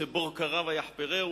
ש"בור כרה ויחפרהו".